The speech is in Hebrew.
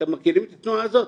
אתם מכירים את התנועה הזאת?